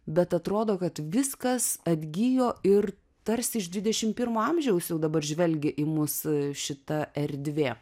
bet atrodo kad viskas atgijo ir tarsi iš dvidešim pirmo amžiaus jau dabar žvelgia į mus šita erdvė